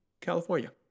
California